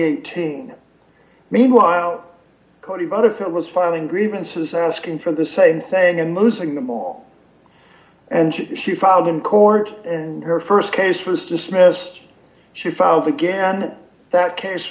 eighteen meanwhile cody butterfield was filing grievances asking for the same saying and losing them all and she filed in court and her st case was dismissed she filed again that case